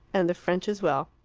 and the french as well.